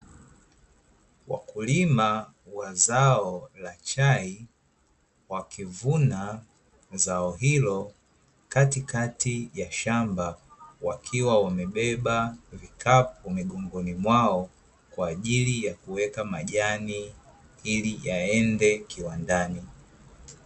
Wakulima wa zao la chai, wakivuna zao hilo katikati ya shamba, wakiwa wamebeba vikapu migongoni mwao kwa ajili ya kuweka majani ili yaende kiwandani.